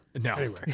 No